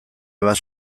bat